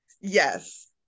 Yes